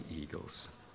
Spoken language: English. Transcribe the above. eagles